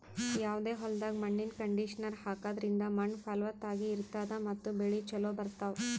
ಯಾವದೇ ಹೊಲ್ದಾಗ್ ಮಣ್ಣಿನ್ ಕಂಡೀಷನರ್ ಹಾಕದ್ರಿಂದ್ ಮಣ್ಣ್ ಫಲವತ್ತಾಗಿ ಇರ್ತದ ಮತ್ತ್ ಬೆಳಿ ಚೋಲೊ ಬರ್ತಾವ್